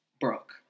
Brooke